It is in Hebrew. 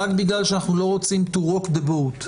רק בגלל שאנחנו לא רוצים to walk the boat.